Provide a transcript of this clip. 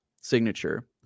signature